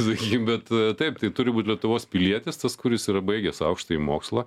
sakykim bet taip tai turi būt lietuvos pilietis tas kuris yra baigęs aukštąjį mokslą